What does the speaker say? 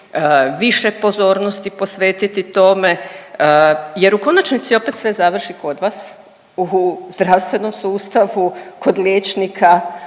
više pozornosti posvetiti tome jer u konačnici opet sve završi kod vas u zdravstvenom sustavu, kod liječnika,